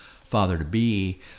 father-to-be